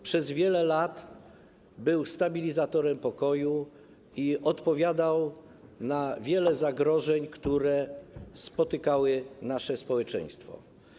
Przez wiele lat był stabilizatorem pokoju i odpowiadał na wiele zagrożeń, które spotykały nasze społeczeństwo.